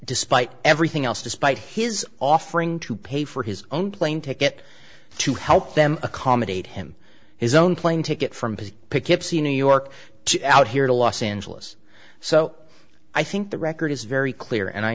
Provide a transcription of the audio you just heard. despite everything else despite his offering to pay for his own plane ticket to help them accommodate him his own plane ticket from his picket see new york out here to los angeles so i think the record is very clear and i